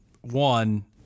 One